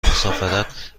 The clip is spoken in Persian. مسافرت